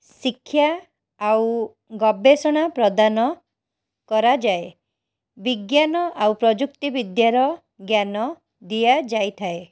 ଶିକ୍ଷା ଆଉ ଗବେଷଣା ପ୍ରଦାନ କରାଯାଏ ବିଜ୍ଞାନ ଆଉ ପ୍ରଯୁକ୍ତି ବିଦ୍ୟାର ଜ୍ଞାନ ଦିଆଯାଇଥାଏ